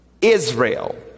Israel